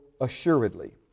assuredly